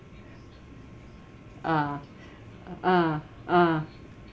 ah ah ah